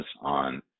on